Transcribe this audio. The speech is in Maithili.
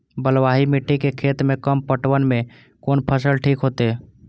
बलवाही मिट्टी के खेत में कम पटवन में कोन फसल ठीक होते?